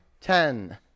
ten